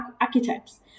archetypes